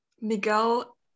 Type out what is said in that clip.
Miguel